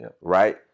right